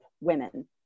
women